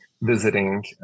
visiting